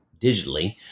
digitally